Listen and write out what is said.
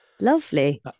Lovely